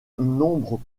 nombres